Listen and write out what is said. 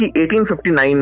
1859